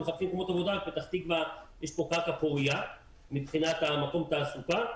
הם מחפשים מקומות עבודה ובפתח תקווה יש קרקע פורייה מבחינת מקום תעסוקה.